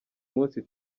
munsi